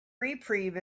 reprieve